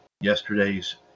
yesterday's